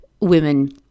women